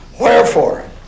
Wherefore